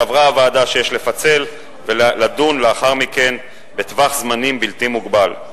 סברה הוועדה שיש לפצל ולדון לאחר מכן בטווח זמנים בלתי מוגבל.